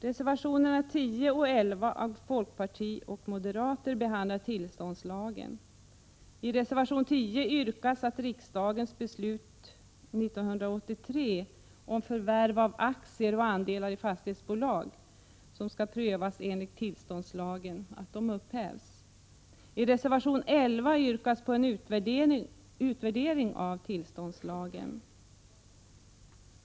Reservationerna 10 och 11 från folkpartiet och moderata samlingspartiet behandlar tillståndslagen. I reservation 10 yrkas att riksdagens beslut 1983 om förvärv av aktier och andelar i fastighetsbolag, som skall prövas enligt tillståndslagen, upphävs. I reservation 11 yrkas på en utvärdering av tillståndslagen.